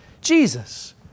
Jesus